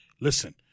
listen